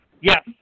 Yes